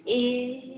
ए